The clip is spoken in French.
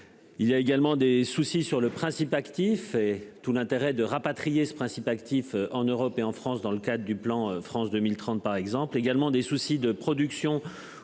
Il y a également des soucis sur le principe actif et tout l'intérêt de rapatrier ce principe actif en Europe et en France dans le cadre du plan France 2030 par exemple également des soucis de production ou de